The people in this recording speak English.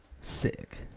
Sick